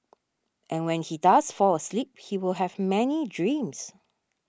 and when he does fall asleep he will have many dreams